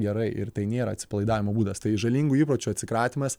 gerai ir tai nėra atsipalaidavimo būdas tai žalingų įpročių atsikratymas